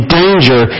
danger